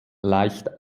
leicht